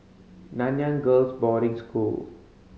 Nanyang Girls' Boarding School